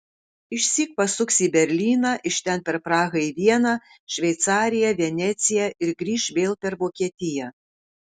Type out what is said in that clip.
išsyk pasuks į berlyną iš ten per prahą į vieną šveicariją veneciją ir grįš vėl per vokietiją